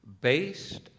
based